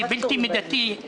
המושבניקים כולם -- החקלאיים.